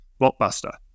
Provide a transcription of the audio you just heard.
Blockbuster